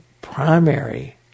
primary